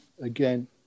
Again